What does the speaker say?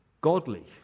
godly